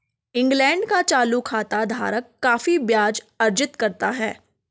England का चालू खाता धारक काफी ब्याज अर्जित करता है